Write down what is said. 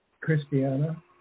Christiana